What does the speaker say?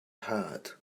heard